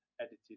edited